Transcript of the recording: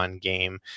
game